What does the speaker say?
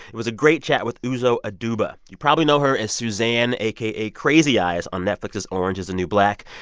it was a great chat with uzo aduba. you probably know her as suzanne, aka crazy eyes, on netflix's orange is the new black.